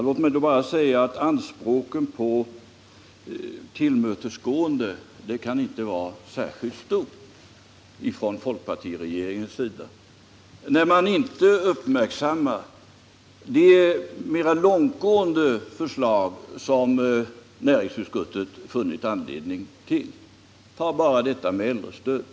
Låt mig då bara säga att anspråken på tillmötesgående inte kan vara särskilt stora från folkpartiregeringens sida, när man inte uppmärksammar det mera långtgående krav som näringsutskottet funnit anledning framföra. Ta bara detta med äldrestödet!